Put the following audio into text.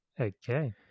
Okay